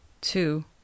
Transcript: two